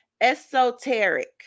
esoteric